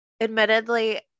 admittedly